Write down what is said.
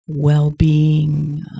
well-being